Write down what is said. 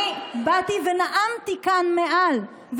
אני באתי ונאמתי כאן מעל,